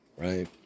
Right